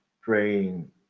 praying